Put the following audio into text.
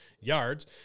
yards